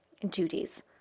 duties